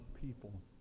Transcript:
people